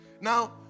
Now